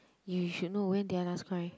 you should know when did I last cry